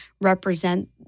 represent